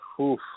oof